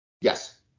Yes